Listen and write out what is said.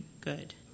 good